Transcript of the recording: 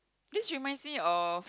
this reminds me of